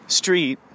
street